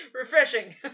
refreshing